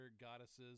goddesses